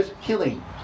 killing